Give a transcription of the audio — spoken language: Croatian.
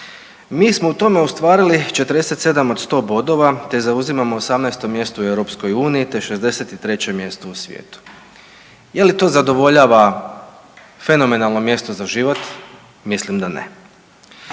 mi smo u tome ostvarili 47 od 100 bodova te zauzimamo 18 mjesto u EU te 63 mjesto u svijetu. Je li to zadovoljava fenomenalno mjesto za život? Mislim da ne.